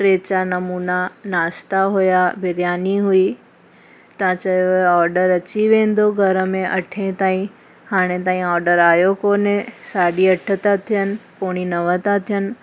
टे चार नमूना नाश्ता हुया बिरयानी हुई तव्हां चयो हुयो ऑडर अची वेंदो घर में अठें ताईं हाणे ताईं ऑडर आयो कोन्हे साढी अठ था थियनि पोणी नव था थियनि